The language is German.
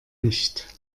nicht